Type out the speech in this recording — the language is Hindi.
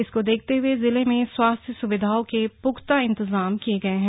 इसको देखते हुए भी जिले में स्वास्थ सुविधाओं के पुख्ता इंतजाम किए गए है